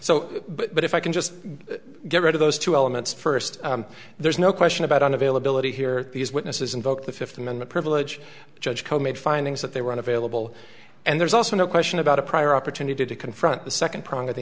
so but if i can just get rid of those two elements first there's no question about on availability here these witnesses invoke the fifth amendment privilege judge co made findings that they were unavailable and there's also no question about a prior opportunity to confront the second prong of the